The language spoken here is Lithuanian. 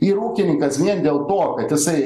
ir ūkininkas vien dėl to kad jisai